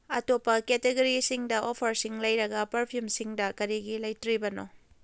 ꯑꯇꯣꯞꯄ ꯀꯦꯇꯦꯒꯣꯔꯤꯁꯤꯡꯗ ꯑꯣꯐꯔꯁꯤꯡ ꯂꯩꯔꯒ ꯄꯔꯐ꯭ꯌꯨꯝꯁꯤꯡꯗ ꯀꯔꯤꯒꯤ ꯂꯩꯇ꯭ꯔꯤꯕꯅꯣ